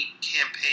campaign